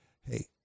hey